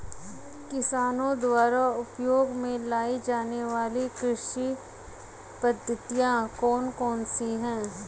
किसानों द्वारा उपयोग में लाई जाने वाली कृषि पद्धतियाँ कौन कौन सी हैं?